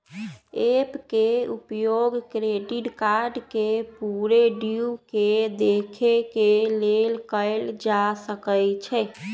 app के उपयोग credit card के पूरे ड्यू के देखे के लेल कएल जा सकइ छै